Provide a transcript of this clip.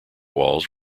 walls